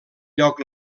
lloc